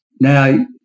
Now